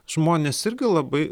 žmonės irgi labai